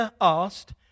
asked